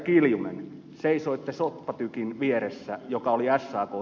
kiljunen seisoitte soppatykin vieressä joka oli sakn